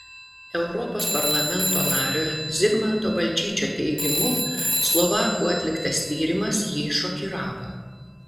europos parlamento nario zigmanto balčyčio teigimu slovakų atliktas tyrimas jį šokiravo